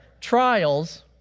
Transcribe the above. trials